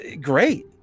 great